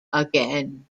again